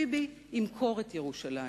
ביבי ימכור את ירושלים.